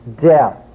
death